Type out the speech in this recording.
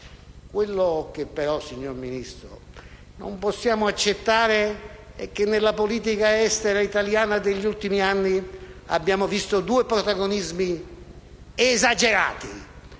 quello che non possiamo accettare è che nella politica estera italiana degli ultimi anni abbiamo visto due protagonismi esagerati.